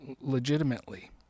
legitimately